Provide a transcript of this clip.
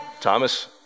Thomas